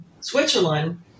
Switzerland